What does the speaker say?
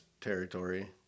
territory